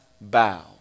bow